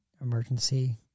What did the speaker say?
emergency